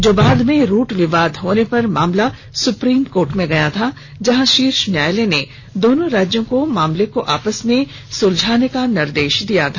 जो बाद में रूट विवाद होने पर मामला सुप्रीम कोर्ट में गया था जहां शीर्ष न्यायालय ने दोनों राज्यों को मामले को आपस में सुलझाने का निर्देश दिया था